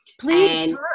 Please